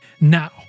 Now